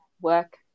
work